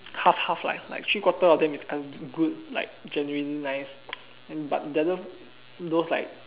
half half like like three quarter of them is good like genuine nice and but those those like